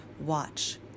Watch